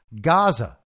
Gaza